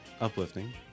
uplifting